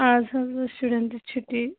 آز حٲز ٲس شُرٮ۪ن تہِ چھُٹی